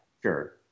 sure